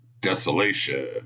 Desolation